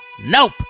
Nope